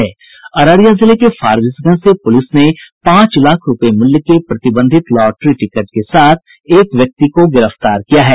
अररिया जिले के फारबिसगंज से पुलिस ने पांच लाख रूपये मूल्य के प्रतिबंधित लॉटरी टिकट के साथ एक व्यक्ति को गिरफ्तार किया है